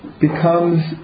Becomes